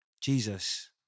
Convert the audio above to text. Jesus